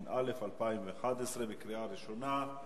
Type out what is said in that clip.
התשע"א 2011, בקריאה ראשונה.